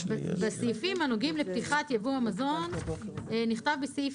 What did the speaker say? בסעיפים הנוגעים לפתיחת ייבוא המזון נכתב בסעיף